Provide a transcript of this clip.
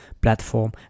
platform